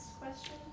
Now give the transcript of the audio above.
question